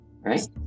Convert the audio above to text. right